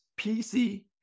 PC